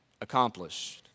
accomplished